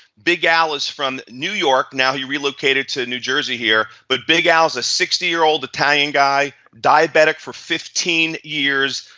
big al is from new york, now he relocated to new jersey here, but big al is a sixty year old italian guy, diabetic for fifteen years,